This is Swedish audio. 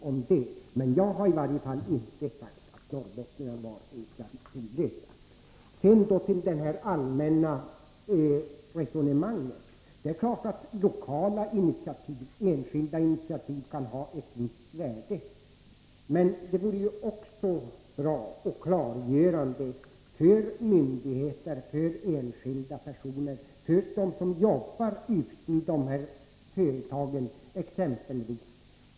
Som sagt, jag har inte påstått att norrbottningarna är initiativlösa: Sedan till det allmänna resonemanget. Det är klart att lokala och enskilda initiativ kan ha ett visst värde. Men det hade varit klargörande för myndigheter och enskilda som arbetar i företagen —t.ex.